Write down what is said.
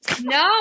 No